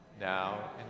now